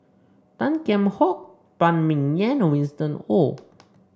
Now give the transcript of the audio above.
Tan Kheam Hock Phan Ming Yen and Winston Oh